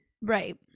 right